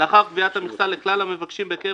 לאחר קביעת המכסה לכלל המבקשים בקרב